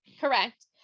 correct